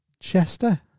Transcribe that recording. Chester